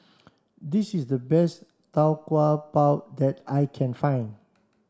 this is the best Tau Kwa Pau that I can find